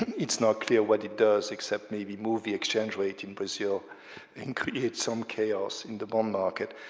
it's not clear what it does except maybe move the exchange rate in brazil and create some chaos in the bond market.